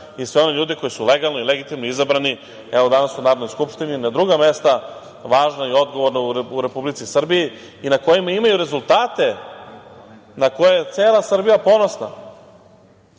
i sve one ljude koji su legalno i legitimno izabrani, evo danas u Narodnoj skupštini i na druga važna i odgovorna mesta u Republici Srbiji i na kojima imaju rezultate na koje je cela Srbija ponosna. Zatim,